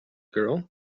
girl